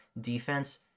defense